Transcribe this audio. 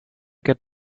get